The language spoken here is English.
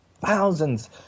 thousands